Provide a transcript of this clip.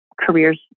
careers